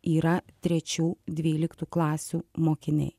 yra trečių dvyliktų klasių mokiniai